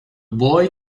boy